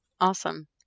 Awesome